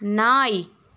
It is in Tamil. நாய்